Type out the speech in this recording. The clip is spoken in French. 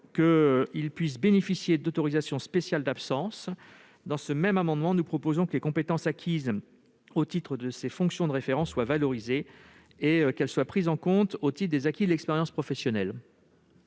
qu'ils puissent bénéficier d'autorisations spéciales d'absence. Nous proposons également que les compétences acquises au titre de ces fonctions de référent soient valorisées et prises en compte au titre des acquis de l'expérience professionnelle.